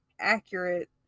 Accurate